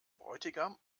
bräutigam